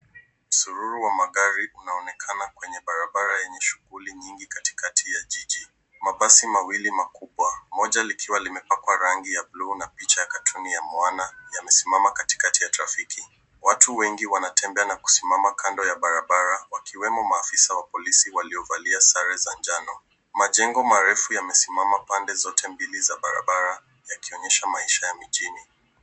Msururo wa magari unaonekana kwenye barabara yenye shughuli nyingi katikati ya jiji. Mabasi mawili makubwa, moja likiwa limepakwa rangi ya blu na picha katuni ya mwana yamesimama katikati ya trafiki. Watu wengi wanatembea na kusimama kando ya barabara wakiwemo maafisa wa polisi waliovalia sare za njano. Majengo marefu yamesimama pande zote mbili za barabara ya kuonyesha maisha ya mijini.